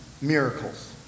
miracles